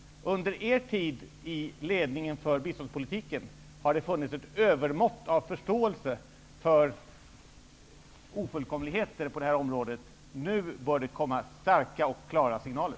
Under er tid i ledningen för biståndspolitiken har det funnits ett övermått av förståelse för ofullkomligheter på området. Nu bör det komma starka och klara signaler.